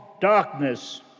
darkness